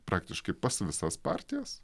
praktiškai pas visas partijas